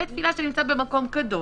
בית תפילה שנמצא במקום קדוש,